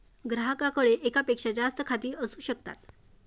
ग्राहकाकडे एकापेक्षा जास्त खाती असू शकतात